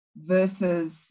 versus